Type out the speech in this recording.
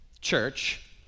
church